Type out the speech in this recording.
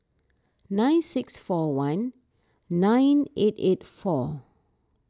nine six four one nine eight eight four